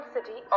City